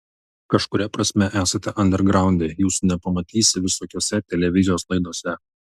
kažkuria prasme esate andergraunde jūsų nepamatysi visokiose televizijos laidose